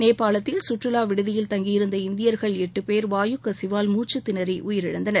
நேபாளத்தில் சுற்றுலா விடுதியில் தங்கியிருந்த இந்தியர்கள் எட்டு பேர் வாயுக் கசிவால் மூச்சுத்திணறி உயிரிழந்தனர்